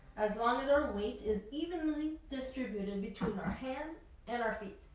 as long as our weight is evenly distributed and between our hands and our feet.